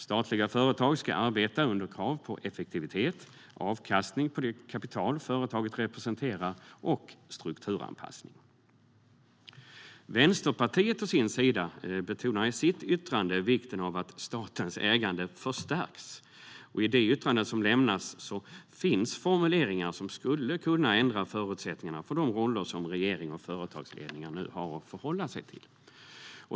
Statliga företag ska arbeta under krav på effektivitet, avkastning på det kapital företaget representerar och strukturanpassning. Vänsterpartiet å sin sida betonar i sitt yttrande vikten av att statens ägande förstärks. I det yttrande som lämnas finns formuleringar som skulle kunna ändra förutsättningarna för de roller som regering och företagsledningar nu har att förhålla sig till.